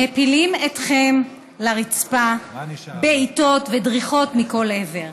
מפילים אתכם לרצפה, בעיטות ודריכות מכל עבר.